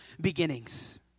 beginnings